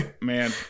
Man